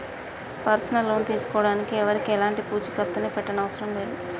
personal loan తీసుకోడానికి ఎవరికీ ఎలాంటి పూచీకత్తుని పెట్టనవసరం లేదు